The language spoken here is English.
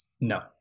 no